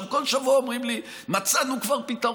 בכל שבוע אומרים לי: כבר מצאנו פתרון,